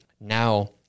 now